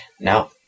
Now